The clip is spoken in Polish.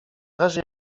razie